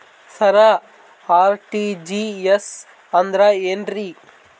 ಸರ RTGS ಅಂದ್ರ ಏನ್ರೀ?